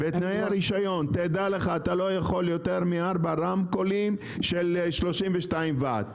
תדע לך שבתנאי הרישיון אתה לא יכול יותר מארבעה רמקולים של 32 וואט".